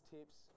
Tips